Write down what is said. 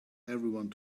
everyone